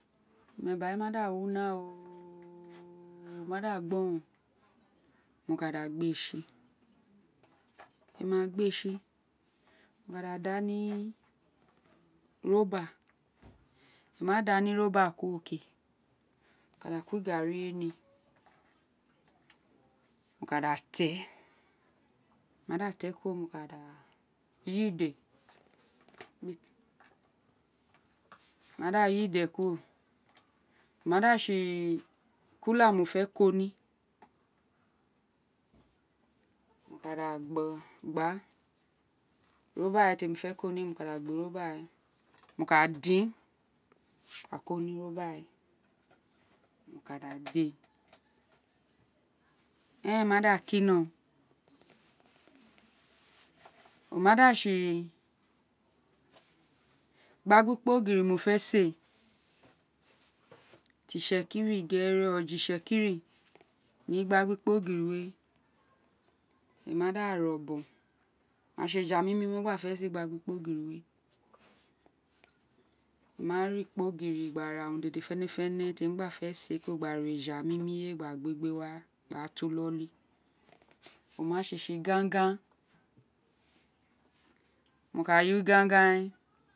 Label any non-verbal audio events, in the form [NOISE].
Emi eba ma da wi una ooooooo oma da gbóròn mo ka da gbe tsi mo ma gbe tsi mo ka dà dà ní [UNINTELLIGIBLE] mo ma da ní iroba kuro ke mo ka da ko igarrí ní mo ka dá ti éè mo ma da tí éè kuro mo ka dà yidé mo ma da yidé kuro o ma da tsi kula mo fé koní mo ka da gba iroba we tem fé koní mo ka da gbí iroba mo ka din gba ko ní irobawe mo ka da di éè erèn ma da ki nói o ma da tsi igbagba ikpogiri mo fé-si eê tí itse kírì gérè ọjé itse kírì ní igbagbaikpogiri we emí mà da ri obon oma tsi eja mí mí mo fé gba si igbagba ikpogírì we mo wa rí ikpogiri ra urun dèdè fénèfénè temí gba fé si éè kuro gba ra eja mimí temí gba fé si éè mo ka gbe gbe wa ta iloli o ma tsi tsi igangan mo ka yọ igangan we